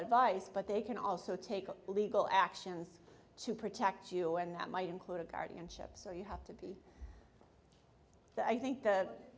advice but they can also take legal actions to protect you and that might include a guardianship so you have to be i think th